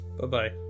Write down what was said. Bye-bye